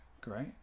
Great